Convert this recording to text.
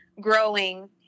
growing